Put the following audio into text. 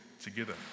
together